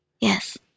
Yes